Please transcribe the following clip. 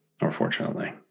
Unfortunately